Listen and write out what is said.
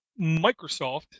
Microsoft